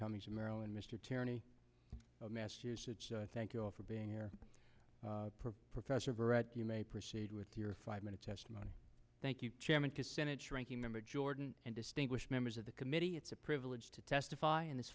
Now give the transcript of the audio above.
cummings of maryland mr tyranny of massachusetts thank you for being here professor bret you may proceed with your five minute testimony thank you chairman to senate shrinking member jordan and distinguished members of the committee it's a privilege to testify in this